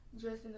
dressing